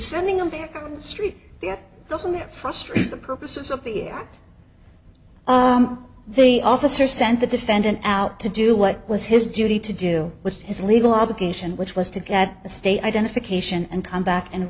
sending them back on the street doesn't it frustrate the purposes of the the officer sent the defendant out to do what was his duty to do with his legal obligation which was to get the state identification and come back and